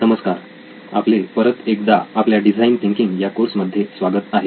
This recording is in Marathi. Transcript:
नमस्कार आपले परत एकदा आपल्या डिझाईन थिंकिंग या कोर्स मध्ये स्वागत आहे